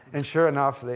and, sure enough, like